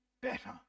better